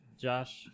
Josh